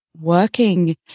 working